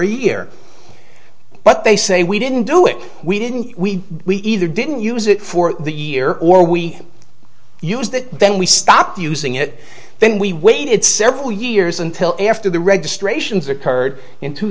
each year but they say we didn't do it we didn't we we either didn't use it for the year or we use that then we stopped using it then we waited several years until after the registrations occurred in two